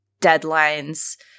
deadlines